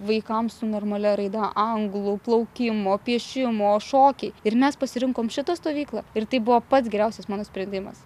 vaikams su normalia raida anglų plaukimo piešimo šokiai ir mes pasirinkom šitą stovyklą ir tai buvo pats geriausias mano sprendimas